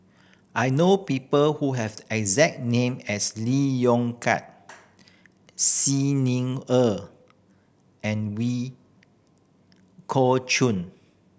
I know people who have exact name as Lee Yong Kiat Xi Ni Er and Kok Chuen